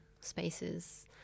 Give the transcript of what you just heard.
spaces